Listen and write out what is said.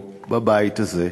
הרי את ואני חדשים פה, בבית הזה,